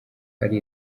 ari